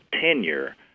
tenure